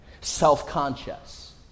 Self-conscious